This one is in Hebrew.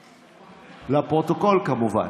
לפרוטוקול, כמובן.